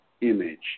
image